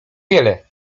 wiele